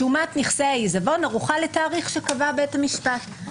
שומת נכסי העיזבון ערוכה לתאריך שקבע בית המשפט".